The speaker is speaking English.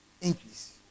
Increase